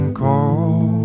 call